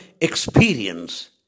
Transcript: experience